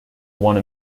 one